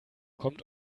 kommt